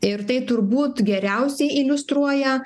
ir tai turbūt geriausiai iliustruoja